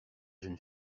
jeune